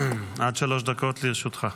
דקות לרשותך.